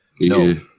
No